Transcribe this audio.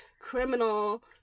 criminal